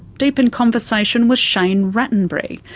deep in conversation with shane rattenbury,